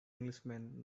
englishman